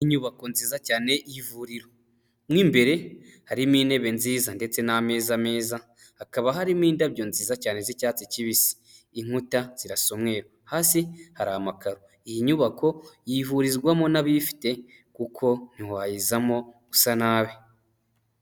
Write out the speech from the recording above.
Inyubako nziza cyane y'ivuriro, mo imbere harimo intebe nziza ndetse n'ameza meza, hakaba harimo indabyo nziza cyane z'icyatsi kibisi, inkuta zirasa umweru, hasi hari amakaro, iyi nyubako yivurizwamo n'abifite kuko ntiwazamo usa nabi.